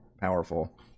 powerful